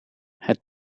het